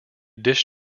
dis